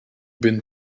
been